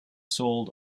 sold